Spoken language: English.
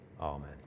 Amen